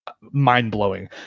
mind-blowing